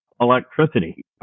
electricity